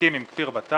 מסכים עם כפיר בטאט.